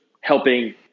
helping